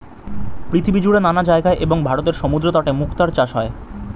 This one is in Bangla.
পৃথিবীজুড়ে নানা জায়গায় এবং ভারতের সমুদ্রতটে মুক্তার চাষ হয়